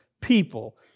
people